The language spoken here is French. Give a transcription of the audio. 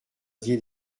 dié